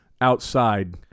outside